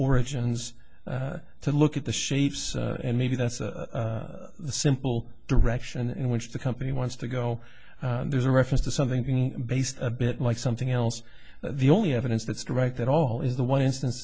origin's to look at the shapes and maybe that's a simple direction in which the company wants to go there's a reference to something based a bit like something else the only evidence that's right that all is the one instance